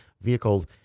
vehicles